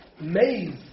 maze